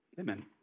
amen